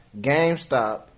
GameStop